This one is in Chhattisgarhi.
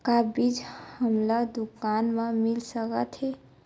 का बीज हमला दुकान म मिल सकत हे?